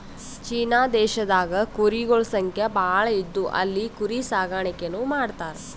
China ದೇಶದಾಗ್ ಕುರಿಗೊಳ್ ಸಂಖ್ಯಾ ಭಾಳ್ ಇದ್ದು ಅಲ್ಲಿ ಕುರಿ ಸಾಕಾಣಿಕೆನೂ ಮಾಡ್ತರ್